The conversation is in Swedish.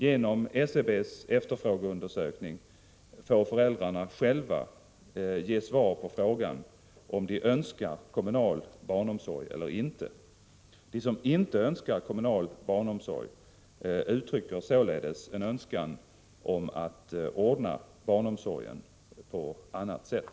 Genom SCB:s efterfrågeundersökning får föräldrarna själva ge svar på frågan om de önskar kommunal barnomsorg eller inte. De som inte önskar kommunal barnomsorg uttrycker således en önskan om att ordna barnomsorgen på annat sätt.